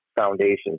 foundation